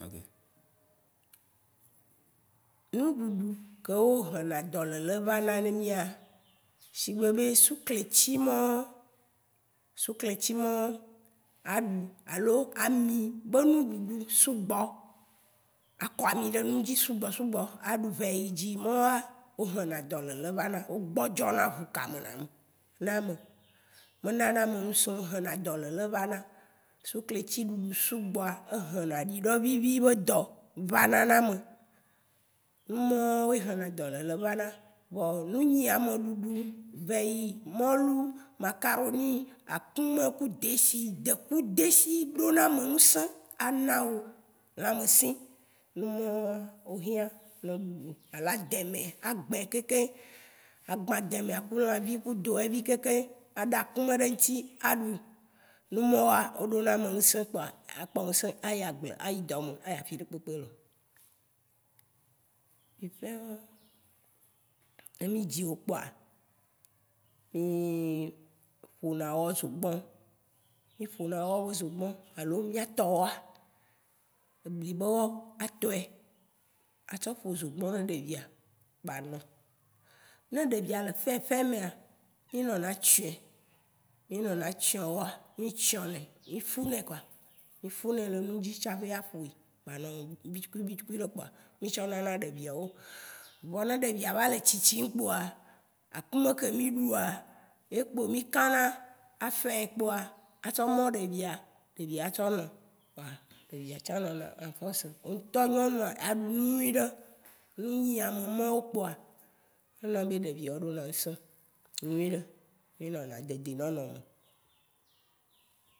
Nuɖuɖu kéwo hĩna Dɔléle vana na nɛ mia, shigbé suklétsima suklétsima a ɖu alo ami bé nuɖuɖu sugbɔ, akɔ ami ɖé nudzi sugbɔ sugbɔ, a ɖu vèyi dzi mawoa, wo hĩna ɖɔlélé vana, wo gbɔdzɔna hũkame ne mi. Na ame. Me nana ame ŋ'sĩo, e hĩna ɖolele vana. Suklétsi ɖuɖu sugbɔa, e hĩna adiɖɔ vivi bé ɖɔ vana na ame. Numawoe hĩna ɖɔlélé vana. Vɔ nunyiame ɖuɖu vèyi, mɔlu, makaroni, akũmɛ ku dési déku dési dona amɛ ŋ'sĩ, a nawò lãmɛsĩ. Numawo hiã nɛ ɖuɖu. Alo adémè, a gbĩ kekeŋ, a gbã adémèa ku lãvi ku doɛvi kekeŋ, aɖa akumɛ ɖé ŋ'tsi a ɖu. Numawo o dona ame ŋ'sĩ kpoa, akpɔ ŋ'sĩ a yi agblé a yi domɛ ayi afiɖékpékpé loo. Vifĩwoa, né mi dziwo kpoa, mí ƒona wɔ zogbɔ̃, mi fona wɔ be dzogbɔ̃, alo mia tɔ wɔa. ebli be wɔ, a tɔɛ, a tsɔ ƒo zogbɔ̃ nɛ ɖévia kpo anè. Né ɖévia lé fĩfĩ méa, mi nɔna tsiɔɛ wɔa. Mi tsiɔnè. MI funè koa, mi funè lé nudzi tsaĎ aƒoe, ba nɔ vitsukui vitsukuiɖe kpoa mi tsɔ nàna ɖéviawo. Vɔ ne ɖévia va lé tshitshiŋ kpoa, akumɛ ke mi ɖua, ye kpo mi kãna, a fèɛ kpoa, a tsɔ mɔ̃ ɖévia, ɖévia a tso nu. Kpoa, ɖévia tsa nɔna en ƒorce. Wó ŋ'tɔ nyɔnua, a ɖunu nyuiɖe. Nu nyiamè mawo kpoa, éna bé ɖeviwo ɖona ŋ'sĩ